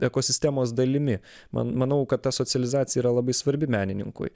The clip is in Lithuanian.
ekosistemos dalimi man manau kad ta socializacija yra labai svarbi menininkui